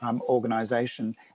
organization